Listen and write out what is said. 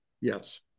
Yes